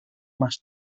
más